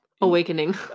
awakening